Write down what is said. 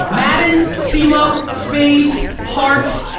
madden, se-lo, spades, hearts,